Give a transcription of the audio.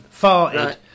farted